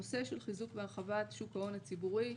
נושא של חיזוק והרחבת שוק ההון הציבורי.